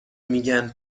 میگن